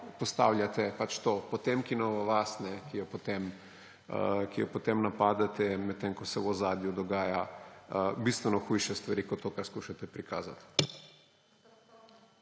postavljate to Potemkinovo vas, ki jo potem napadate, medtem ko se v ozadju dogajajo bistveno hujše stvari, kot to, kar skušate prikazati.